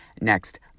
next